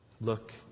Look